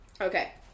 Okay